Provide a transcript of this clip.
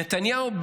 נתניהו,